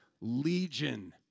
Legion